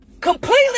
completely